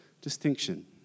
distinction